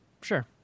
Sure